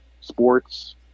sports